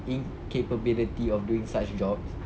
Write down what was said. incapability of doing such jobs